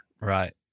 Right